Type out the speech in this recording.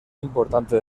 importante